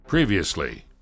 Previously